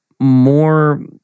more